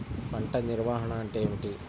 పంట నిర్వాహణ అంటే ఏమిటి?